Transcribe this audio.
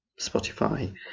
Spotify